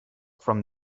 from